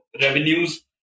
revenues